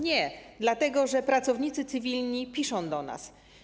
Nie, dlatego że pracownicy cywilni piszą do nas.